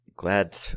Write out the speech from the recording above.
Glad